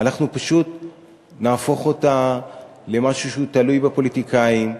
פשוט נהפוך אותה למשהו שהוא תלוי בפוליטיקאים.